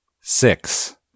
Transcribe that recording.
Six